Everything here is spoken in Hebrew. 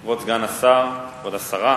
כבוד סגן השר, כבוד השרה,